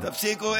תפסיקו.